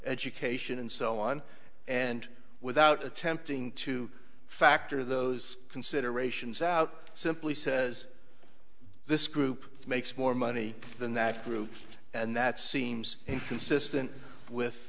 education and so on and without attempting to factor those considerations out simply says this group makes more money than that group and that seems inconsistent